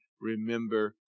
remember